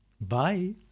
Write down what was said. Bye